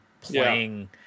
playing